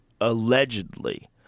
allegedly